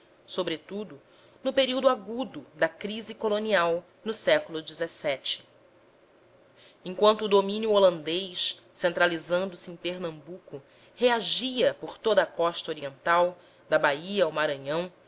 sobretudo no período agudo da crise colonial no século xvii enquanto o domínio holandês centralizando se em pernambuco reagia por toda a costa oriental da bahia ao maranhão